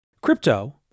Crypto